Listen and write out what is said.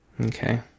Okay